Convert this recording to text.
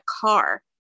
car